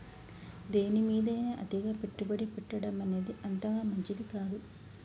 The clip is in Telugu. దేనిమీదైనా అతిగా పెట్టుబడి పెట్టడమనేది అంతగా మంచిది కాదు